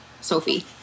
sophie